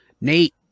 Nate